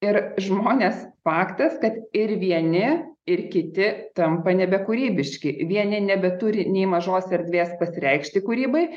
ir žmonės faktas kad ir vieni ir kiti tampa nebe kūrybiški vieni nebeturi nei mažos erdvės pasireikšti kūrybai